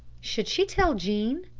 should she tell jean?